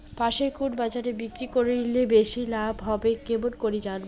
পাশের কুন বাজারে বিক্রি করিলে বেশি লাভ হবে কেমন করি জানবো?